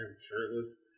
shirtless